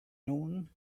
noon